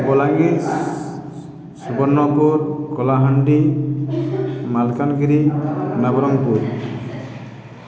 Balangir Subarnapur Kalahandi Malkangiri Nabarangpur